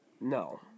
No